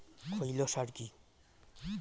খৈল সার কি?